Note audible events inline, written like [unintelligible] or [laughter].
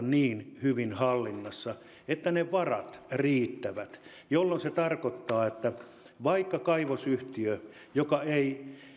[unintelligible] niin hyvin hallinnassa että ne varat riittävät jolloin se tarkoittaa että vaikka kaivosyhtiö ei